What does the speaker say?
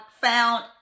found